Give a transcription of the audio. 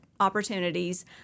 Opportunities